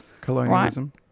Colonialism